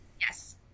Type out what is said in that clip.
Yes